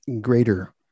greater